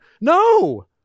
No